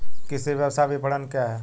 कृषि व्यवसाय विपणन क्या है?